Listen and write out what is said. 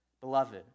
Beloved